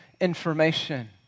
information